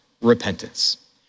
repentance